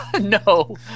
No